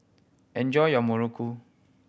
enjoy your muruku